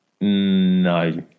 No